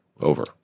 over